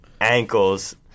ankles